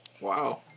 Wow